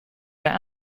their